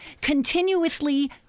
continuously